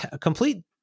complete